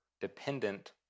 dependent